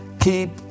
Keep